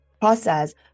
process